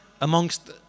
amongst